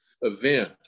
event